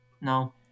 No